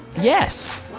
Yes